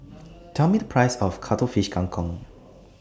Tell Me The Price of Cuttlefish Kang Kong